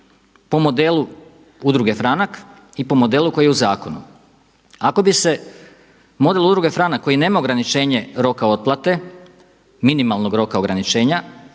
po modelu Udruge Franak i po modelu koji je u zakonu. Ako bi se model Udruge Franak koji nema ograničenje roka otplate, minimalnog roka ograničenja,